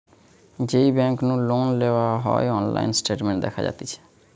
যেই বেংক নু লোন নেওয়া হয়অনলাইন স্টেটমেন্ট দেখা যাতিছে